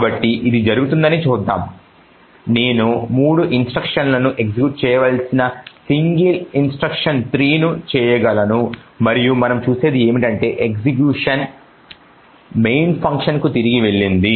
కాబట్టి ఇది జరుగుతుందని చూద్దాం కాబట్టి నేను 3 ఇన్స్ట్రక్షన్లను ఎగ్జిక్యూషన్ చేయవలసిన సింగిల్ ఇన్స్ట్రక్షన్3 ను చేయగలను మరియు మనం చూసేది ఏమిటంటే ఎగ్జిక్యూషన్ మెయిన్ ఫంక్షన్ కు తిరిగి వెళ్ళింది